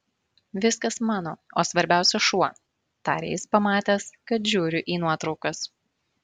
viskas mano o svarbiausia šuo tarė jis pamatęs kad žiūriu į nuotraukas